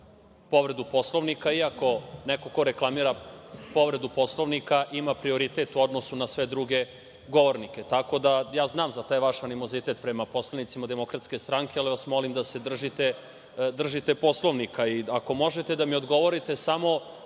povredu Poslovnika, iako neko ko reklamira povredu Poslovnika ima prioritet u odnosu na sve druge govornike. Tako da, ja znam za taj vaš animozitet prema poslanicima Demokratske stranke, ali vas molim da se držite Poslovnika. I, ako možete da mi odgovorite samo,